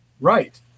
Right